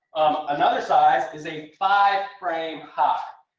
another size is a five-frame hive.